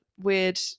weird